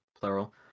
plural